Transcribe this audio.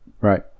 right